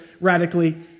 radically